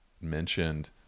mentioned